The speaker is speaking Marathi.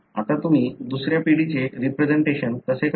आता तुम्ही दुसऱ्या पिढीचे रिप्रेसेंटेशन कसे करता